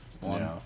one